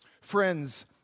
Friends